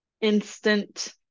Instant